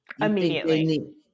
immediately